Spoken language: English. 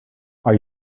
are